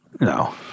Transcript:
no